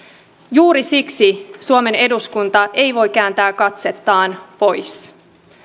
juuri siksi suomen eduskunta ei voi kääntää katsettaan pois